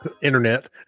Internet